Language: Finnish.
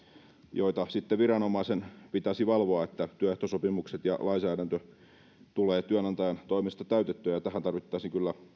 joita sitten viranomaisen pitäisi valvoa niin että työehtosopimukset ja lainsäädäntö tulevat työnantajan toimesta täytettyä tähän tarvittaisiin kyllä